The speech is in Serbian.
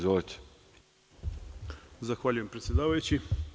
Zahvaljujem predsedavajući.